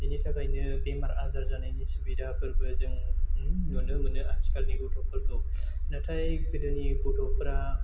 बेनि थाखायनो बेमार आजार जानायनि सुबिदाफोरबो जों नुनो मोनो आथिखालनि गथफोरखौ नाथाय गोदोनि गथ'फोरा